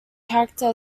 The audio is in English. character